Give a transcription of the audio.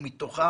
ומתוכם,